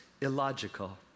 illogical